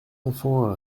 enfants